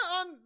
on